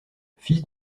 fils